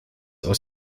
aus